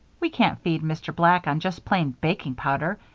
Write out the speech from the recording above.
we can't feed mr. black on just plain baking powder,